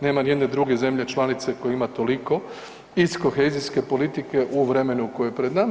Nema nijedne druge zemlje članice koja ima toliko iz kohezijske politike u vremenu koje je pred nama.